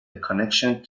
connection